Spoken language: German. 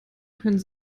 können